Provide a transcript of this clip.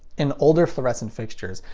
in older fluorescent fixtures,